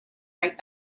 right